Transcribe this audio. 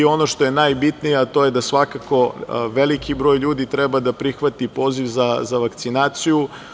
Ono što je najbitnije, to je da svakako veliki broj ljudi treba da prihvati poziv za vakcinaciju.